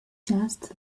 just